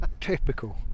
typical